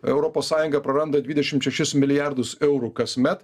europos sąjunga praranda dvidešimt šešis milijardus eurų kasmet